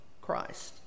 Christ